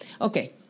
Okay